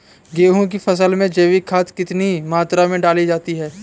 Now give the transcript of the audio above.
गेहूँ की फसल में जैविक खाद कितनी मात्रा में डाली जाती है?